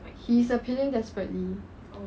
he is appealing desperately